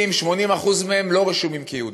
70% 80% מהם לא רשומים כיהודים.